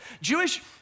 Jewish